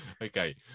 Okay